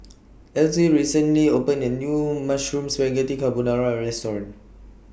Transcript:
Elzy recently opened A New Mushroom Spaghetti Carbonara Restaurant